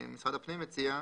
ומשרד הפנים מציע: